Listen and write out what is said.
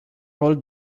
rol